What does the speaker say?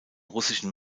russischen